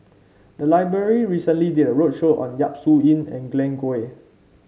the library recently did a roadshow on Yap Su Yin and Glen Goei